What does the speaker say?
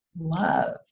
love